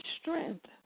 strength